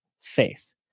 faith